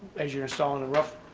as you're install and the roof,